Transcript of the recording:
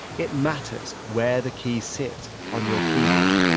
it matters where the keys sit on your keyboard.